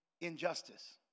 injustice